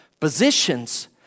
Physicians